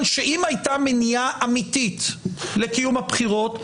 שאם הייתה מניעה אמיתית לקיום הבחירות,